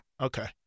Okay